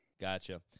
Gotcha